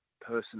person